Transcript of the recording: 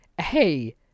hey